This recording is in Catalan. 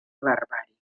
larvari